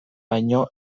baino